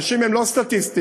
אנשים הם לא סטטיסטיקה,